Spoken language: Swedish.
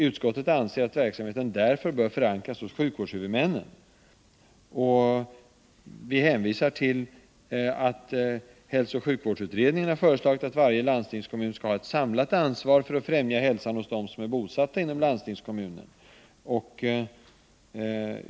Utskottet anser att verksamheten därför bör förankras hos sjukvårdshuvudmännen.” Vi hänvisar till att hälsooch sjukvårdsutredningen har föreslagit att varje landstingskommun skall ha ett samlat ansvar för att främja hälsan hos dem som är bosatta inom kommunen.